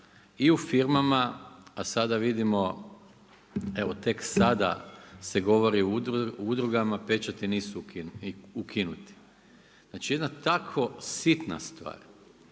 i u firmama a sada vidimo evo tek sada se govori o udrugama, pečati nisu ukinuti. Znači jedna tako sitna stvar,